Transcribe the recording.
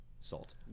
Salt